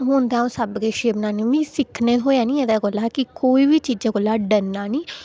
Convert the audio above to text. हू'न ते अं'ऊ सब किश बनानी मिगी सिक्खने गी थ्होआ निं कोई बी चीजै कोला डरना नेईं